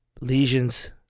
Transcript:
lesions